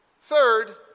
Third